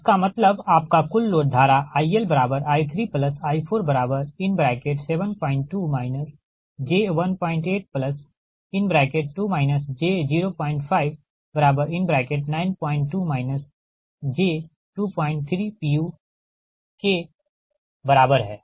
इसका मतलब आपका कुल लोड धारा ILI3I472 j182 j0592 j23pu के बराबर है